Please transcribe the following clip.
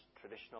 traditional